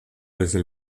desde